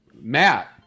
matt